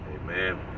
Amen